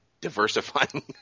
diversifying